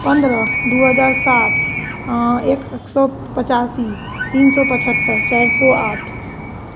पंद्रह दू हजार सात एक सए पचासी तीन सए पचहत्तर चारि सए आठ